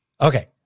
Okay